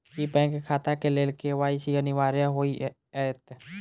की bank खाता केँ लेल के.वाई.सी अनिवार्य होइ हएत?